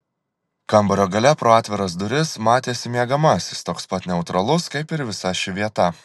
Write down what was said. kambario gale pro atviras duris matėsi miegamasis toks pat neutralus kaip ir visa ši vieta